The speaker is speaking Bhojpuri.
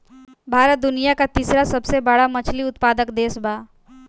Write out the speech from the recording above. भारत दुनिया का तीसरा सबसे बड़ा मछली उत्पादक देश बा